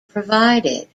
provided